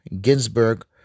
Ginsburg